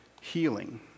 healing